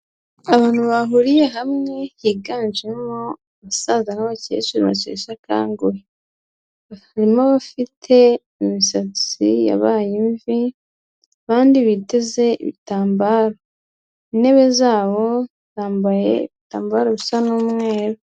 Abantu bahuriye hamwe higanjemo abasaza n'abakecuru basheshe akanguhe. Harimo abafite imisatsi yabaye imvi, abandi biteze ibitambaro. Intebe zabo zambaye ibitambaro bisa n'umweru.